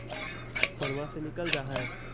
फोनवो से निकल जा है?